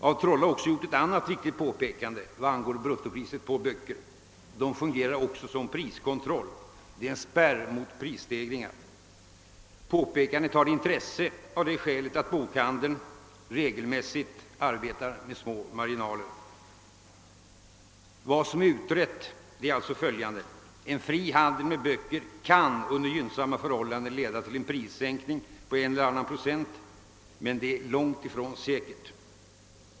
af Trolle har också gjort ett annat riktigt påpekande angående bruttopriset på böcker, nämligen att det också fungerar som Ppriskontroll. Det är en spärr mot prisstegringar. Påpekandet har intresse av det skälet att bokhan deln regelmässigt arbetar med små marginaler. Vad som är utrett är alltså följande: en fri handel med böcker kan under gynnsamma förhållanden leda till en prissänkning på en eller annan Pprocent, men det är långt ifrån säkert.